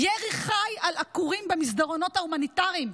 ירי חי על עקורים במסדרונות ההומניטריים,